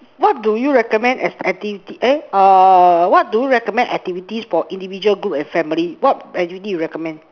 what do you recommend as activity eh err what do you recommend activities for individual group and family what activities you recommend